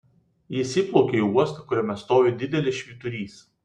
jis įplaukia į uostą kuriame stovi didelis švyturys